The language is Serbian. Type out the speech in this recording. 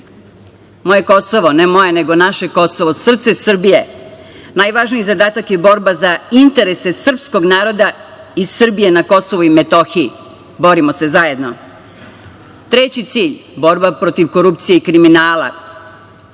moje Kosovo, ne moje, nego naše Kosovo, srce Srbije, najvažniji zadatak je borba za interese srpskog naroda i Srbije na KiM. Borimo se zajedno. Treći cilj, borba protiv korupcije i kriminala.